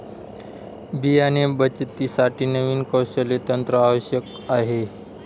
बियाणे बचतीसाठी नवीन कौशल्य तंत्र आवश्यक आहे